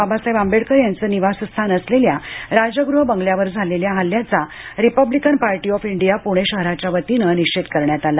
बाबासाहेब आंबेडकर यांचं निवासस्थान असलेल्या राजगृह बंगल्यावर झालेल्या हल्ल्याचा Republican Party of India Pune शहराच्या वतीने निषेध करण्यात आला